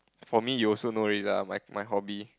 for me you also know already lah my my hobby